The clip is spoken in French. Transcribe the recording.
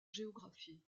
géographie